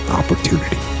opportunity